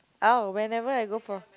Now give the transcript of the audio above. oh whenever I go for